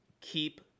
keep